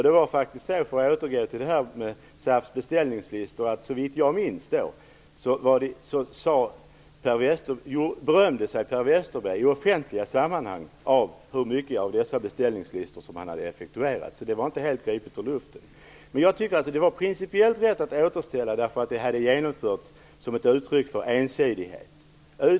Det var faktiskt så - för att återgå till SAF:s beställningslistor - att såvitt jag minns berömde sig Per Westerberg i offentliga sammanhang över hur mycket av dessa beställningslistor som han hade effektuerat, så det var inte helt gripet ur luften. Jag tycker att det var principiellt rätt att återställa, eftersom åtgärderna hade genomförts som ett uttryck för ensidighet.